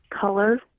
color